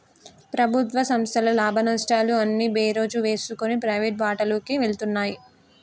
ప్రభుత్వ సంస్థల లాభనష్టాలు అన్నీ బేరీజు వేసుకొని ప్రైవేటు బాటలోకి వెళ్తున్నాయి